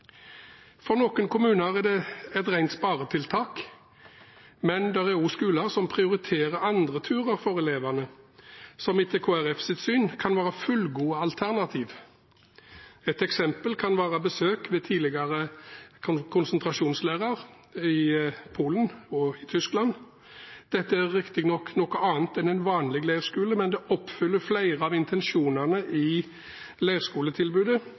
er også skoler som prioriterer andre turer for elevene, som etter Kristelig Folkepartis syn kan være fullgode alternativer. Et eksempel kan være besøk ved tidligere konsentrasjonsleirer i Polen og Tyskland. Dette er riktignok noe annet en vanlig leirskole, men det oppfyller flere av intensjonene med leirskoletilbudet,